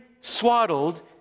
swaddled